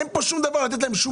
אין פה שום דבר של הסברה.